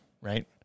right